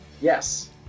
Yes